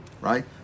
right